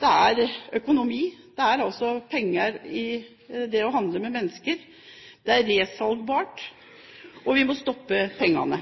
det er økonomi – altså penger – i det å handle med mennesker. Det er resalgbart, og vi må stoppe pengene.